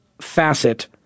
facet